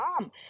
mom